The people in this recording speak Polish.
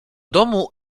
domu